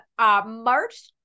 March